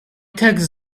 tax